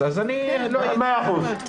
אז אני --- מאה אחוז.